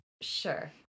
Sure